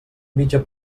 mitja